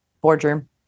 Boardroom